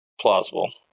plausible